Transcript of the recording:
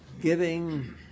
giving